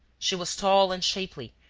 she was tall and shapely,